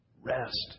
Rest